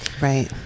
right